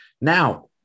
Now